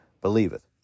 believeth